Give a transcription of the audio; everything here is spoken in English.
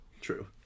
True